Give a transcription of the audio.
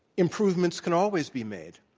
improvements can always be made.